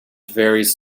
varies